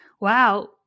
Wow